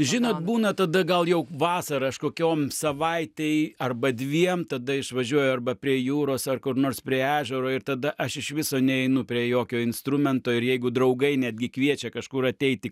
žinot būna tada gal jau vasarą aš kokiom savaitei arba dviem tada išvažiuoju arba prie jūros ar kur nors prie ežero ir tada aš iš viso neinu prie jokio instrumento ir jeigu draugai netgi kviečia kažkur ateiti